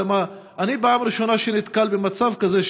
פעם ראשונה שאני נתקל במצב כזה,